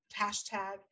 hashtag